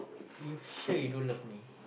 you sure you don't love me